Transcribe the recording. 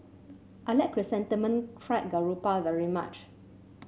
I like Chrysanthemum Fried Garoupa very much